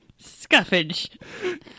scuffage